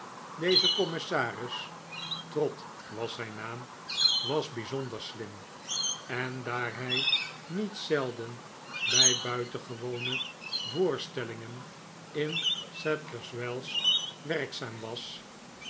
deze commissaris trott was zijn naam was bijzonder slim en daar hij niet zelden bij buitengewone voorstellingen in sadlers wells werkzaam was